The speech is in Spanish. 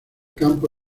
campo